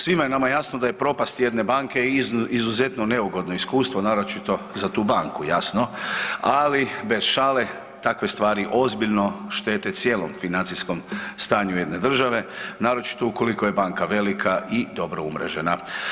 Svima je nama jasno da je propast jedne banke izuzetno neugodno iskustvo naročito za tu banku jasno, ali bez šale takve stvari ozbiljno štete cijelom financijskom stanju jedne države naročito ukoliko je banka velika i dobro umrežena.